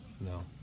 No